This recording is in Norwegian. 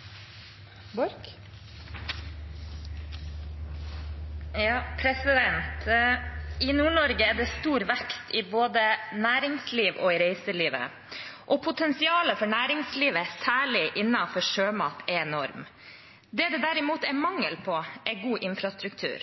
til oppfølgingsspørsmål. I Nord-Norge er det stor vekst i både næringsliv og reiseliv, og potensialet for næringslivet, særlig innenfor sjømat, er enormt. Det det derimot er mangel på, er god infrastruktur.